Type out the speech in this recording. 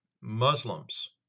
Muslims